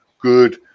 good